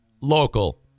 local